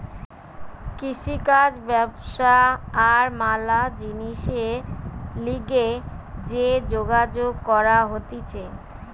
কৃষিকাজ ব্যবসা আর ম্যালা জিনিসের লিগে যে যোগাযোগ করা হতিছে